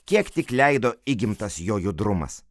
kiek tik leido įgimtas jo judrumas